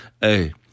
Hey